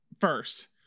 first